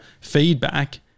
feedback